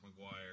McGuire